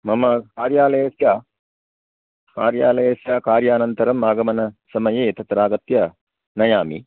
मम कार्यालयस्य कर्यालयस्य कार्यानन्तरम् आगमनसमये तत्र आगत्य नयामि